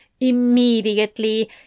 Immediately